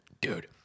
dude